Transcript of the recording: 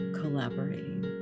collaborating